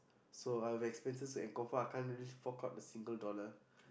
so our expenses and confirm I can't really fork out a single dollar